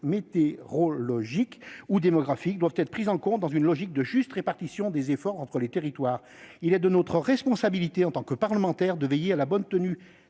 météorologiques ou démographiques, doivent être prises en considération dans une logique de juste répartition des efforts entre les territoires. Il est de notre responsabilité, en tant que parlementaires, de veiller à la bonne tenue